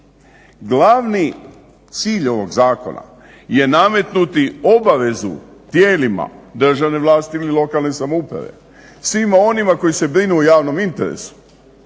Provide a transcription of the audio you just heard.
Glavni cilj ovog zakona je nametnuti obavezu tijelima državne vlasti ili lokalne samouprave, svima onima koji se brinu o javnom interesu